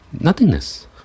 nothingness